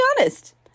honest